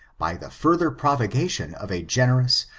by the further provocation of a generous,